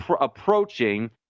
approaching